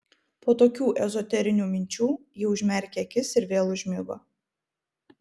po tokių ezoterinių minčių ji užmerkė akis ir vėl užmigo